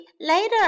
later